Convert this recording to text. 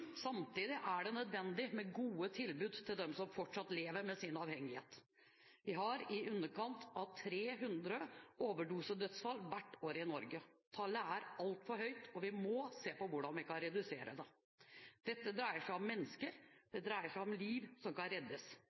Samtidig er det nødvendig med gode tilbud til dem som fortsatt lever med sin avhengighet. Vi har i underkant av 300 overdosedødsfall hvert år i Norge. Tallet er altfor høyt, og vi må se på hvordan vi kan redusere det. Dette dreier seg om mennesker, det dreier seg om liv som kan reddes.